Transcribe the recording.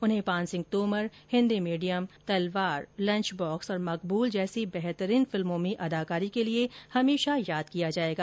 उन्हें Paan Singh Tomar Hindi medium Piku Talvar lunch box और मकबूल जैसी बेहतरीन फिल्मों में अदाकारी के लिए हमेशा याद किया जाएगा